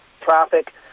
traffic